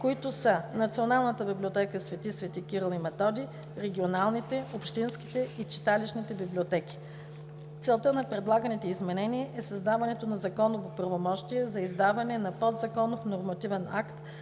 който са: Националната библиотека „Св. св. Кирил и Методий", регионалните, общинските и читалищните библиотеки. Целта на предлаганите изменения е създаването на законово правомощие за издаване на подзаконов нормативен акт,